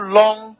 long